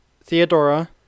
theodora